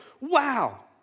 wow